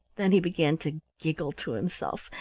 then he began to giggle to himself,